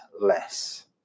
less